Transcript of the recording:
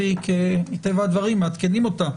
מטבע הדברים מעדכנים אותה,